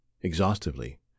exhaustively